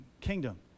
kingdom